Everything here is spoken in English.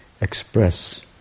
express